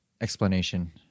explanation